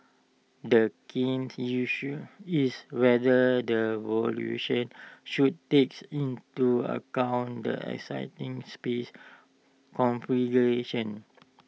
the key issue is whether the valuation should takes into account the existing space configuration